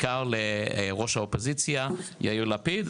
בעיקר לראש האופוזיציה יאיר לפיד,